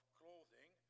clothing